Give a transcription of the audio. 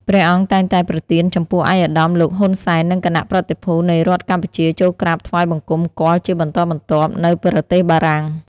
ព្រះអង្គតែងតែប្រទានចំពោះឯកឧត្តម លោក ហ៊ុន សែន និងគណៈប្រតិភូនៃរដ្ឋកម្ពុជាចូលក្រាបថ្វាយបង្គំគាល់ជាបន្តបន្ទាប់នៅ ប្រទេសបារំាង។